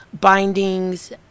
bindings